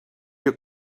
your